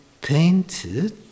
painted